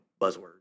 buzzword